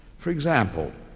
for example,